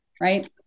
right